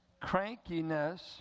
crankiness